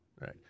Right